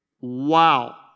Wow